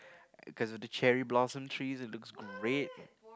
cause of the cherry blossom trees it looks great